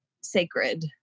sacred